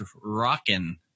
rockin